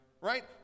Right